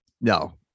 no